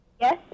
Yes